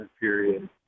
period